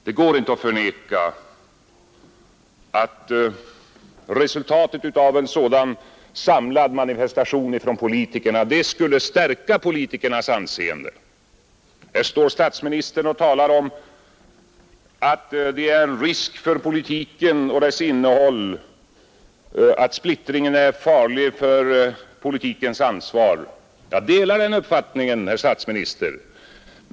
Det går inte att förneka att resultatet av en sådan samlad manifestation från politikerna skulle stärka deras anseende. Statsministern har här talat om att det föreligger risk för politiken och dess innehåll samt att splittringen är farlig för politikens anseende. Jag delar den uppfattningen, herr statsminister.